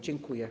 Dziękuję.